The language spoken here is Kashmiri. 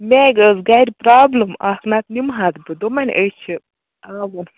مے ٲسۍ گَرِ پرٛابلِم اَکھ نَتہٕ نِمہَتھ بہٕ دوٚپمَے نہ أسۍ چھِ آوُر